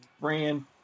brand